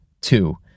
two